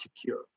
secure